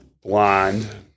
blonde